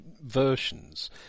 versions